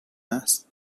است